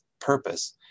purpose